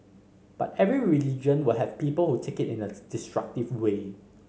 but every religion will have people who take it in a destructive way